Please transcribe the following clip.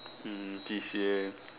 hmm C_C_A